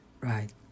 Right